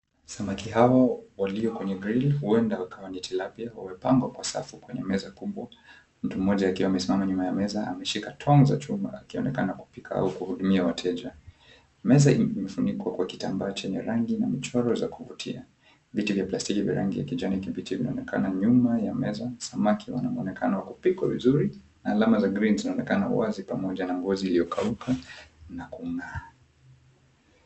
Samaki hawa walio kwenye drili huenda wakawa ni tilapia. Wamepanga kwa safu kwenye meza kubwa, mtu mmoja akiwa amesimama nyuma ya meza ameshikilia tong za chuma akionekana kupika au kuhudumia wateja. Meza imefunikwa kwa kitambaa chenye rangi na michoro za kuvutia. Viti vya plastiki vya rangi ya kijanikibichi vinaonekana nyuma ya meza. Samaki wana muonekano wa kupikwa vizuri na alama za grili zinaonekana wazi pamoja na ngozi iliyokauka na kung'aa.